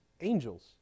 angels